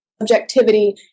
objectivity